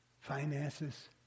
Finances